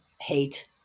hate